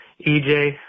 EJ